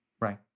right